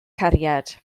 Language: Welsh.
cariad